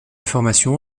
formation